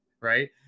right